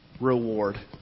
reward